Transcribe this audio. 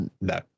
No